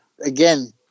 again